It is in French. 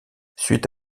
suite